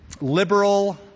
liberal